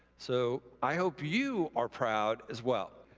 so i hope you are proud as well.